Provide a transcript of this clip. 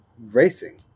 racing